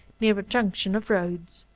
near a junction of roads.